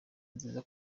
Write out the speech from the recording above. nziza